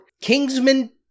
Kingsman